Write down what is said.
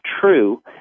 true